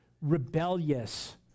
Rebellious